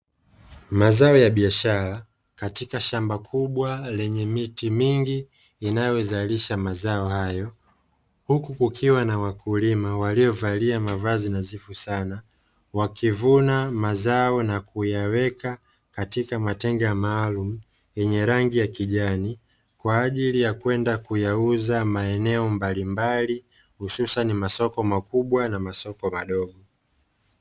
Mazao ya biashara katika shamba kubwa lenye miti mingi inayozalisha mazao hayo, huku kukiwa na wakulima waliovalia mavazi nadhifu sana, wakivuna mazao na kuyaweka katika matenga maalumu yenye rangi ya kijani, kwa ajili ya kwenda kuyauza maeneo mbalimbali hususani masoko makubwa na masoko madogo.